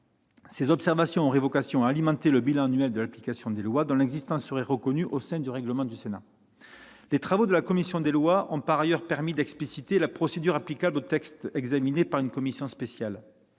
Ses observations auraient vocation à alimenter le bilan annuel de l'application des lois, dont l'existence serait reconnue par le règlement du Sénat. Les travaux de la commission des lois ont par ailleurs permis d'expliciter la procédure applicable aux textes examinés par une commission spéciale.